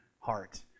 heart